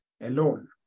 alone